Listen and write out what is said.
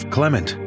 Clement